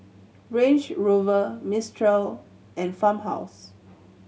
Range Rover Mistral and Farmhouse